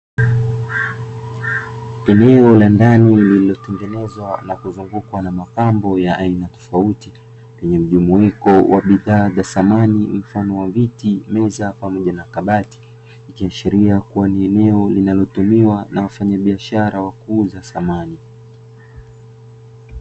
Eneo la ndani lililotengenezwa na kuzungukwa na mapambo ya aina tofauti, yenye mjumuiko wa bidhaa za samani mfano wa viti, meza pamoja na kabati, ikiashiria kuwa ni eneo linalotumiwa na wafanyabiashara wa kuuza samani.